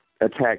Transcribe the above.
attack